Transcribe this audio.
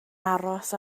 aros